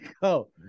go